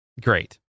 great